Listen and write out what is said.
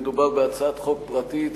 מדובר בהצעת חוק פרטית